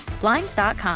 Blinds.com